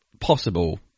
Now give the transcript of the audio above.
possible